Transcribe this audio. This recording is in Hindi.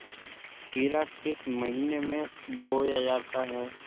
खीरा किस महीने में बोया जाता है?